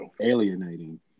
alienating